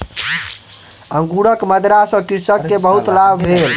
अंगूरक मदिरा सॅ कृषक के बहुत लाभ भेल